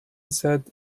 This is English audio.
said